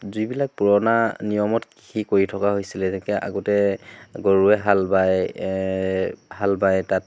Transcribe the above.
যিবিলাক পুৰণা নিয়মত কৃষি কৰি থকা হৈছিলে যেনেকৈ আগতে গৰুৱে হাল বায় হাল বাই তাত